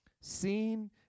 seen